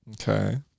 Okay